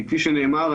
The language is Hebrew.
כפי שנאמר,